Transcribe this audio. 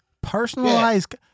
Personalized